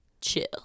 chill